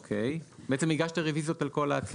בעצם הגשת רוויזיות על כל ההצבעות?